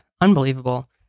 Unbelievable